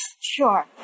Sure